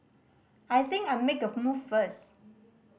I think I'll make a move first